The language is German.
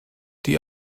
die